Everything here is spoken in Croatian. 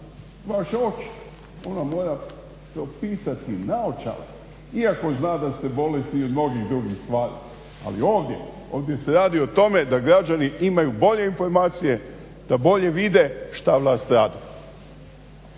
vaš oči, on vam mora propisati naočale iako zna da ste bolesni i od mnogih drugih stvari. Ali ovdje, ovdje se radi o tome da građani imaju bolje informacije, da bolje vide šta vlast radi.